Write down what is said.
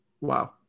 wow